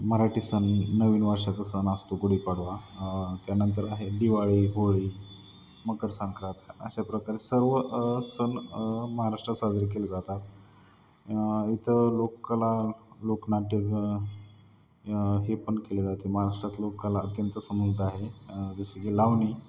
मराठी सण नवीन वर्षाचा सण असतो गुढीपाडवा त्यानंतर आहे दिवाळी होळी मकरसंंक्रात अशा प्रकारे सर्व सण महाराष्ट्रात साजरे केले जातात इथं लोककला लोकनाटकं हे पण केले जाते महाराष्ट्रात लोककला अत्यंत संबंधित आहे जसे की लाव